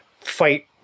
fight